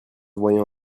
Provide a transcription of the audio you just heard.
voyant